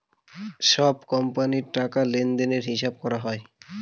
সব কোম্পানির টাকা লেনদেনের হিসাব করা হয়